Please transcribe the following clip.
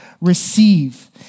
receive